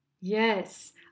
Yes